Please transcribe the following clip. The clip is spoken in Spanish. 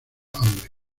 hambre